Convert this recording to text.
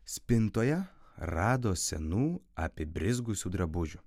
spintoje rado senų apibrizgusių drabužių